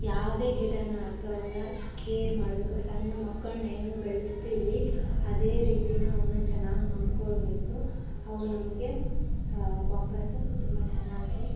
ಯಾವುದೇ ಗಿಡಾನೂ ಅಥವಾ ಅವುನ್ನ ಕೇರ್ ಮಾಡಬೇಕು ಸಣ್ಣ ಮಕ್ಳನ್ನು ಹೇಗ್ ಬೆಳೆಸ್ತೀವಿ ಅದೇ ರೀತಿನೇ ಅವುನ್ನ ಚೆನ್ನಾಗ್ ನೋಡಿಕೊಳ್ಬೇಕು ಅವು ನಮಗೆ ವಾಪಸು ತುಂಬ ಚೆನ್ನಾಗಿ